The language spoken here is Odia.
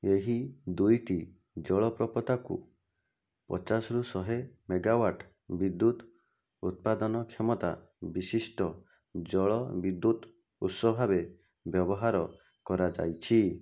ଏହି ଦୁଇଟି ଜଳପ୍ରପାତକୁ ପଚାଶରୁ ଶହେ ମେଗାୱାଟ୍ ବିଦ୍ୟୁତ ଉତ୍ପାଦନ କ୍ଷମତା ବିଶିଷ୍ଟ ଜଳବିଦ୍ୟୁତ ଉତ୍ସ ଭାବେ ବ୍ୟବହାର କରାଯାଇଛି